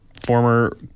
Former